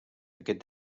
aquest